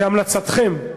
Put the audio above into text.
כהמלצתכם.